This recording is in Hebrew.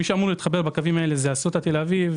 מי שאמור להתחבר בקווים האלה זה אסותא תל אביב,